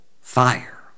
fire